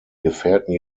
gefährten